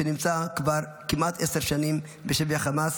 שנמצא כבר כמעט עשר שנים בשבי החמאס.